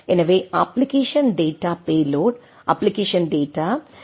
எனவே application data payload application data இந்த D